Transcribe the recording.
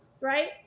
right